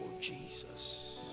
Jesus